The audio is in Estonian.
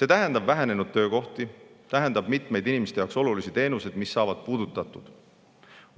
See tähendab vähenenud töökohtade arvu, tähendab seda, et mitmed inimeste jaoks olulised teenused saavad puudutatud.